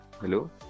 Hello